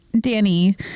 Danny